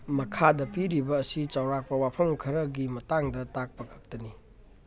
ꯃꯈꯥꯗ ꯄꯤꯔꯤꯕ ꯑꯁꯤ ꯆꯥꯎꯔꯥꯛꯄ ꯋꯥꯐꯝ ꯈꯔꯒꯤ ꯃꯇꯥꯡꯗ ꯇꯥꯛꯄ ꯈꯛꯇꯅꯤ